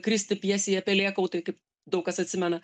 kristi pjesėje pelėkautai kaip daug kas atsimena